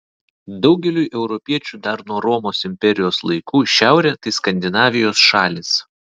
daugeliui europiečių dar nuo romos imperijos laikų šiaurė tai skandinavijos šalys